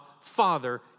Father